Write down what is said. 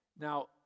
Now